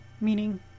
Meaning